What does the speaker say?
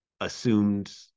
assumed